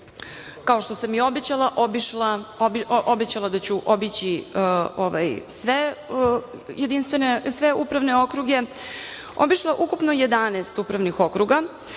kao što sam i obećala da ću obići sve upravne okruge, obišla ukupno 11 upravnih okruga,